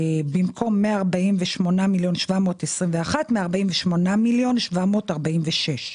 במקום 148,721,000, 148,746,000,